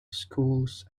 schools